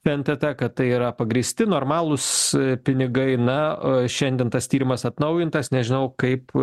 fntt kad tai yra pagrįsti normalūs pinigai na šiandien tas tyrimas atnaujintas nežinau kaip